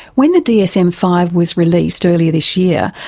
when the dsm five was released earlier this year,